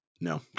No